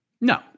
No